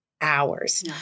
hours